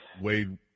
Wade